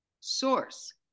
source